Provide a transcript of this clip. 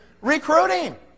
recruiting